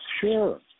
Sure